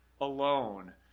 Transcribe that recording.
alone